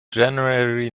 january